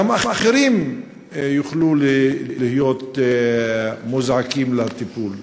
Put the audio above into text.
גם אחרים יוכלו להיות מוזעקים לטיפול.